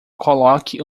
coloque